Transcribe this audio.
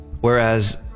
Whereas